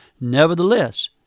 Nevertheless